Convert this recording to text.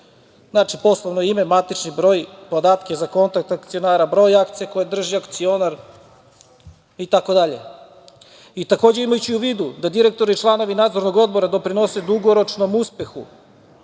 Znači, poslovno ime, matični broj, podatke za kontakt akcionara, broj akcija koje drži akcionar itd. Takođe, imajući u vidu da direktori i članovi nadzornog odbora doprinose dugoročnom uspehu